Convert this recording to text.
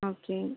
okay